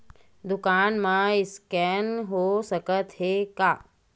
दुकान मा स्कैन हो सकत हे का?